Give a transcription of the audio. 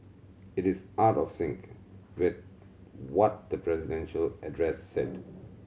it is out of sync with what the presidential address said